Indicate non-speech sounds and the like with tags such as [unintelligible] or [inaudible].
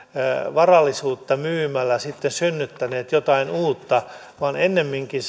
varallisuutta myymällä olisimme sitten synnyttäneet jotain uutta vaan ennemminkin [unintelligible]